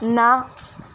ਨਾ